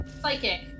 psychic